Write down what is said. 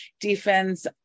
Defense